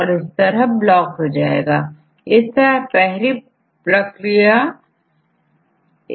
ion की membrane से transport की प्रक्रिया विशिष्ट होती है